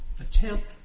attempt